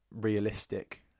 realistic